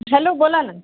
hello बोला ना